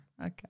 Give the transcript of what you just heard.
Okay